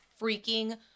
freaking